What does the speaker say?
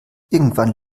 irgendwann